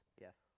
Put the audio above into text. Yes